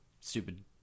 stupid